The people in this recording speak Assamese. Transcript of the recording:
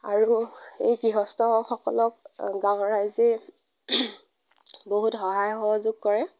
আৰু এই গৃহস্থসকলক গাঁৱৰ ৰাইজে বহুত সহায় সহযোগ কৰে